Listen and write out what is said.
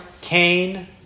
Cain